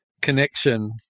connection